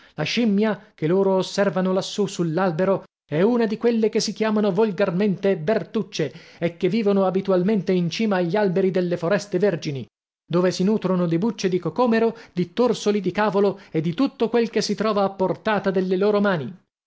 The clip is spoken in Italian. la scimmia che loro osservano lassù sull'albero è una di quelle che si chiamano volgarmente bertucce e che vivono abitualmente in cima agli alberi delle foreste vergini dove si nutrono di bucce di cocomero di torsoli di cavolo e di tutto quel che si trova a portata delle loro mani